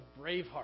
Braveheart